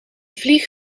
vlieg